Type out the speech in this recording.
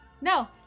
no